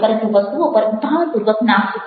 પરંતુ વસ્તુઓ પર ભારપૂર્વક ના ઝૂકો